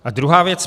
A druhá věc.